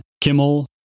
Kimmel